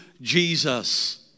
Jesus